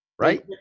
right